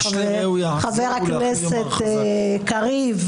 חבר הכנסת קריב,